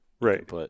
Right